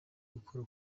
gukora